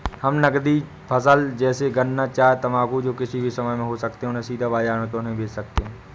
हम नगदी फसल जैसे गन्ना चाय तंबाकू जो किसी भी समय में हो सकते हैं उन्हें सीधा बाजार में क्यो नहीं बेच सकते हैं?